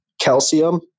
calcium